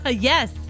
Yes